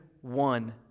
one